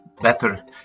better